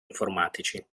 informatici